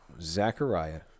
Zechariah